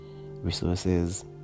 resources